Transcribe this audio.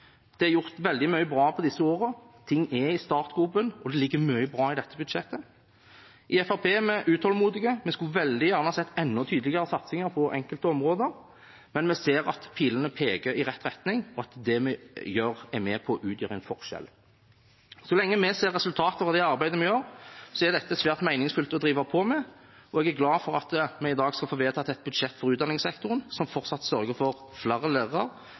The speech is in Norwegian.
Det er gjort veldig mye bra på disse årene, ting er i startgropen, og det ligger mye bra i dette budsjettet. I Fremskrittspartiet er vi utålmodige. Vi skulle veldig gjerne sett enda tydeligere satsinger på enkelte områder, men vi ser at pilene peker i rett retning, og at det vi gjør, er med på å utgjøre en forskjell. Så lenge vi ser resultater av det arbeidet vi gjør, er dette svært meningsfullt å drive på med. Jeg er glad for at vi i dag skal få vedtatt et budsjett for utdanningssektoren som sørger for fortsatt flere lærere,